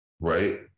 Right